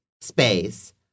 space